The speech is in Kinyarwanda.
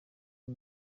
uyu